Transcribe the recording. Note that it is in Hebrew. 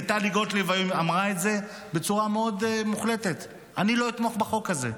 טלי גוטליב אמרה את זה בצורה מאוד מוחלטת: אני לא אתמוך בחוק הזה.